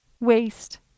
waste